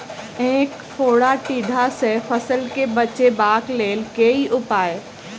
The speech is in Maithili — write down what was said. ऐंख फोड़ा टिड्डा सँ फसल केँ बचेबाक लेल केँ उपाय?